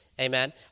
Amen